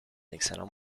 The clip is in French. excellent